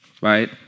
right